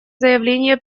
заявление